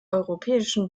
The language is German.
europäischem